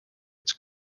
its